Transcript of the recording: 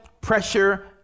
pressure